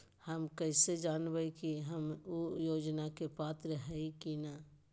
हम कैसे जानब की हम ऊ योजना के पात्र हई की न?